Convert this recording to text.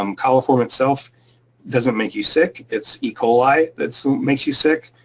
um coliform itself doesn't make you sick, it's e. coli that so makes you sick.